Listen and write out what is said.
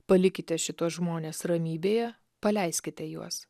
palikite šituos žmones ramybėje paleiskite juos